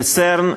ל-CERN.